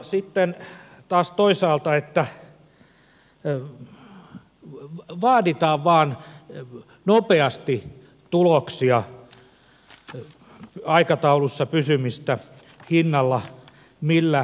sitten taas toisaalta vaaditaan vain nopeasti tuloksia aikataulussa pysymistä hinnalla millä hyvänsä